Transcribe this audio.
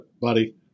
buddy